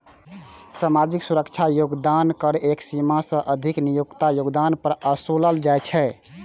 सामाजिक सुरक्षा योगदान कर एक सीमा सं अधिक नियोक्ताक योगदान पर ओसूलल जाइ छै